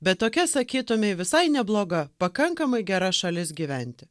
bet tokia sakytumei visai nebloga pakankamai gera šalis gyventi